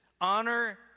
Honor